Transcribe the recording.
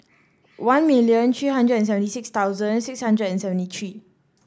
one million three hundred and seventy six thousand six hundred and seventy three